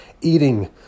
eating